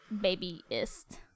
Baby-ist